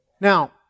Now